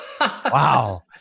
wow